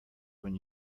when